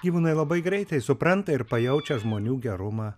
gyvūnai labai greitai supranta ir pajaučia žmonių gerumą